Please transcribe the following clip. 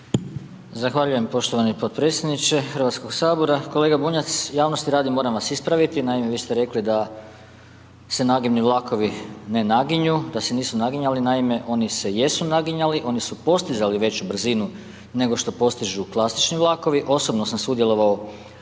Zahvaljujem poštovani potpredsjedniče Hrvatskog sabora. Kolega Bunjac, javnosti radi moram vas ispraviti, naime vi ste rekli da se nagibni vlakovi ne naginju, da se nisu naginjali. Naime, oni se jesu naginjali, oni su postizali veću brzinu nego što postižu klasični vlakovi. Osobno sam sudjelovao